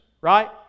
right